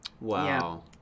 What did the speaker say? wow